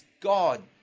God